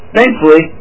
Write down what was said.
Thankfully